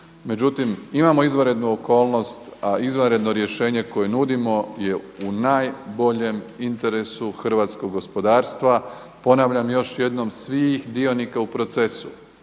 Međutim, imamo izvanrednu okolnost, a izvanredno rješenje koje nudimo je u naj boljem interesu hrvatskog gospodarstva ponavljam još jednom svih sudionika u procesu,